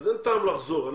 אין טעם לחזור על הדברים.